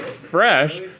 fresh